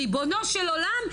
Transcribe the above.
ריבונו של עולם,